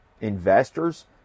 investors